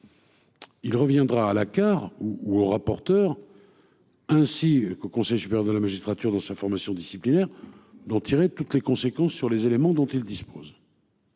Il reviendra à la Car ou au rapporteur. Ainsi qu'au Conseil supérieur de la magistrature dans sa formation disciplinaire d'en tirer toutes les conséquences sur les éléments dont il dispose.